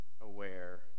aware